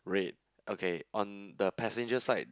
great okay on the passenger side